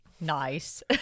Nice